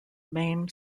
main